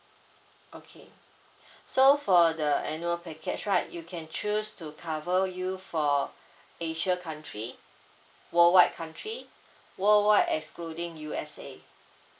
okay so for the annual package right you can choose to cover you for asia country worldwide country worldwide excluding U_S_A